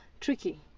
Tricky